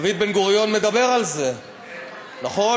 דוד בן-גוריון מדבר על זה, נכון?